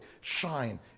shine